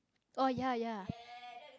oh ya ya